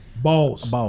balls